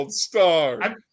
star